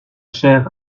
chair